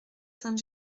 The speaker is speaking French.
sainte